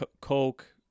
Coke